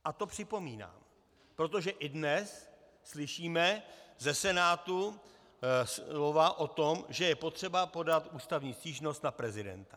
A to připomínám, protože i dnes slyšíme ze Senátu slova o tom, že je potřeba podat ústavní stížnost na prezidenta.